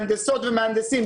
מהנדסות ומהנדסים,